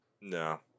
No